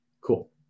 Cool